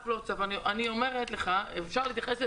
רכבת וגם בעלויות נמוכות אני חושב שהערבוב הזה לא נכון,